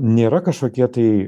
nėra kažkokie tai